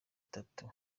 bitatu